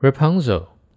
Rapunzel